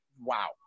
wow